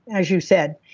as you said.